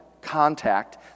contact